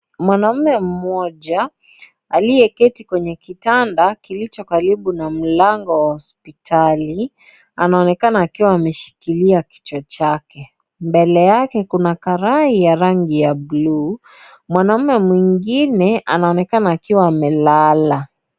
Mwanaume mmoja aliyeketi kwenye kitanda kilicho karibu na mlango wa hospitali anaonekana akiwa anashikilia kichwa chake mbele yake kuna karai ya rangi ya bluu mwanaume mwingine anaonekana akiwa amelala.